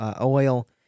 Oil